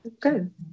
Good